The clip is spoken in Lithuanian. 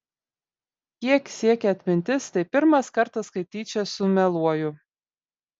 kiek siekia atmintis tai pirmas kartas kai tyčia sumeluoju